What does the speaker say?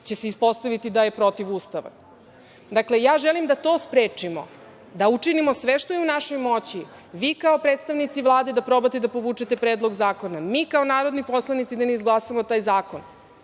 će se ispostaviti da je protiv Ustava. Dakle, ja želim da to sprečimo, da učinimo sve što je u našoj moći. Vi kao predstavnici Vlade da probate da povučete Predlog zakona, mi kao narodni poslanici, da ne izglasamo taj zakon.